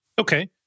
Okay